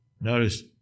Notice